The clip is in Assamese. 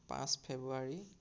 পাঁচ ফেব্ৰুৱাৰী